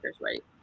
right